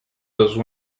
those